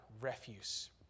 refuse